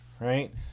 Right